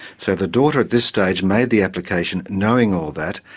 so the daughter this stage made the application knowing all that,